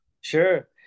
sure